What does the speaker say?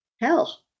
hell